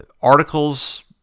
articles